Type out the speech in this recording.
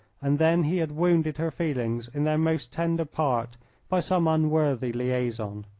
and then he had wounded her feelings in their most tender part by some unworthy liaison.